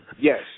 Yes